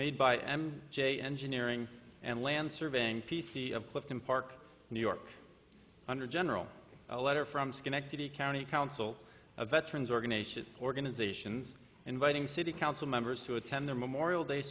made by m j engineering and land surveying p c of clifton park new york under general a letter from schenectady county council of veterans organization organizations inviting city council members to attend the memorial day